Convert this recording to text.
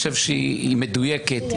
אני חושב שהיא מדויקת,